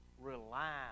rely